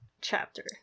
chapter